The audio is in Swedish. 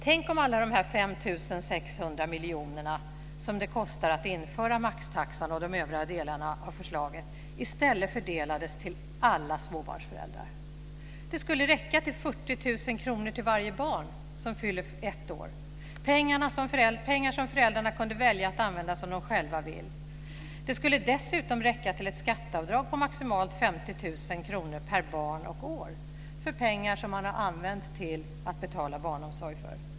Tänk om alla de här 5 600 miljonerna, som det kostar att införa maxtaxa och de övriga delarna av förslaget, i stället fördelades till alla småbarnsföräldrar. Det skulle räcka till 40 000 kr till varje barn som fyller ett år - pengar som föräldrarna kunde välja att använda som de själva vill. Det skulle dessutom räcka till ett skatteavdrag på maximalt 50 000 kr per barn och år för pengar som använts till att betala barnomsorgen för.